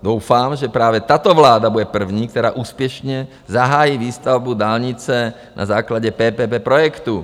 Doufám, že právě tato vláda bude první, která úspěšně zahájí výstavbu dálnice na základě PPP projektu.